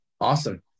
Awesome